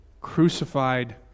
crucified